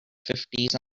fifties